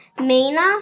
Mina